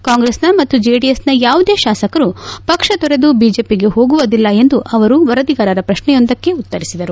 ಕಾಂಗ್ರೆಸ್ನ ಮತ್ತು ಜೆಡಿಎಸ್ನ ಯಾವುದೇ ಶಾಸಕರು ಪಕ್ಷ ತೊರೆದು ಬಿಜೆಪಿಗೆ ಹೋಗುವುದಿಲ್ಲ ಎಂದು ಅವರು ವರದಿಗಾರರ ಪ್ರಶ್ನೆಯೊಂದಕ್ಕೆ ಉತ್ತರಿಸಿದರು